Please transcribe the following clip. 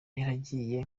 yaragiye